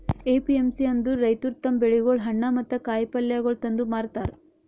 APMC ಅಂದುರ್ ರೈತುರ್ ತಮ್ ಬೆಳಿಗೊಳ್, ಹಣ್ಣ ಮತ್ತ ಕಾಯಿ ಪಲ್ಯಗೊಳ್ ತಂದು ಮಾರತಾರ್